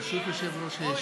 ברשות יושב-ראש הישיבה,